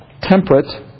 temperate